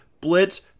blitz